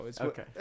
Okay